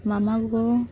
ᱢᱟᱢᱟᱜᱳ